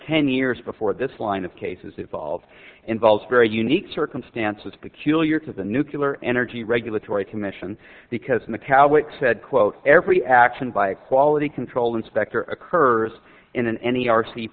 ten years before this line of cases involved involves very unique circumstances peculiar to the nucular energy regulatory commission because metallic said quote every action by a quality control inspector occurs in an